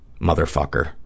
motherfucker